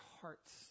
hearts